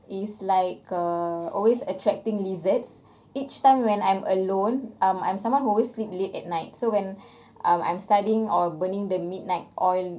is like err always attracting lizards each time when I'm alone um I'm someone who always sleep late at night so when I'm studying or burning the midnight oil